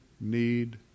need